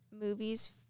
movies